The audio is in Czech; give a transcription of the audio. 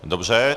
Dobře.